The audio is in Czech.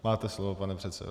Máte slovo, pane předsedo.